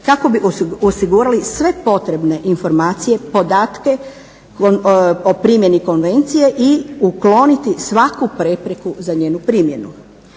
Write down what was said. kako bi osigurali sve potrebne informacije, podatke o primjeni konvencije i ukloniti svaku prepreku za njenu primjenu.